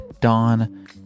Dawn